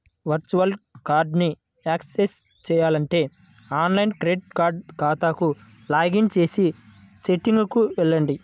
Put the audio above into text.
virtual కార్డ్ని access చేయాలంటే online credit card ఖాతాకు లాగిన్ చేసి సెట్టింగ్లకు వెళ్లండి